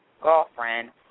Girlfriend